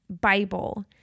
Bible